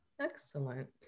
Excellent